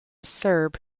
serb